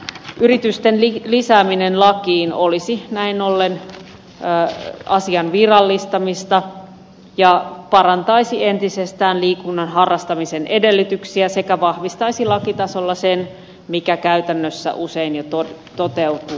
yritysten lisääminen lakiin olisi näin ollen asian virallistamista ja parantaisi entisestään liikunnan harrastamisen edellytyksiä sekä vahvistaisi lakitasolla sen mikä käytännössä usein jo toteutuu